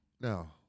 Now